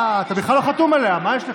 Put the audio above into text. אתה בכלל לא חתום עליה, מה יש לך?